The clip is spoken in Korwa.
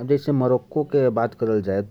मोरक्को के